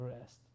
rest